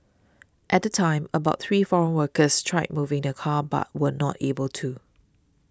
at the time about three foreign workers tried moving the car but were not able to